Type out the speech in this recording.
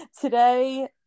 today